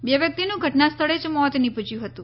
બે વ્યક્તિનું ઘટના સ્થળે જ મોત નિપજ્યું હતું